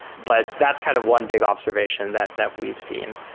but that's kind of one big observation that that we've seen.